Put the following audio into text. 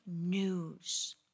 news